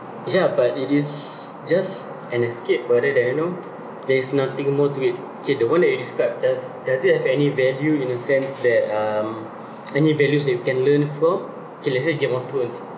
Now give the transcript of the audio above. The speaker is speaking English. ya but it is just an escape rather than you know there is nothing more to it okay the one that you described does does it have any value in a sense that (um (ppo)) any values that you can learn from okay let's say game of thrones